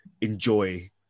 enjoy